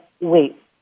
wait